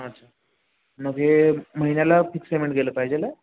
अच्छा मग हे महिन्याला फिक्स पेमेंट गेलं पाहिजे